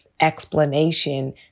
explanation